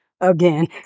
again